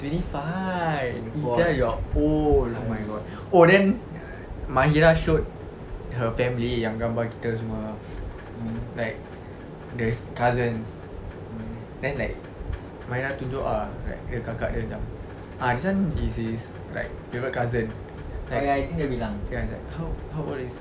twenty five ijal you're old oh my god oh then mahirah showed her family yang gambar kita semua like the cousins then like mahirah tunjuk ah like kakak dia ah this [one] is her favourite cousin then I was like how old is he